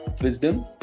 wisdom